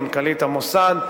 עם מנכ"לית המוסד,